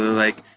like,